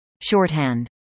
shorthand